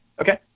Okay